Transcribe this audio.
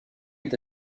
est